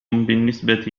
بالنسبة